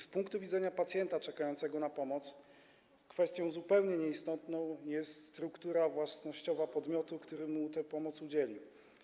Z punktu widzenia pacjenta czekającego na pomoc kwestią zupełnie nieistotną jest struktura własnościowa podmiotu, który mu tej pomocy udzieli.